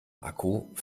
akku